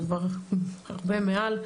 זה הרבה מעל.